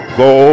go